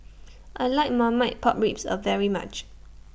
I like Marmite Pork Ribs A very much